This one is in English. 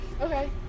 Okay